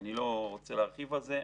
ואני לא רוצה להרחיב בזה.